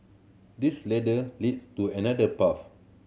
this ladder leads to another path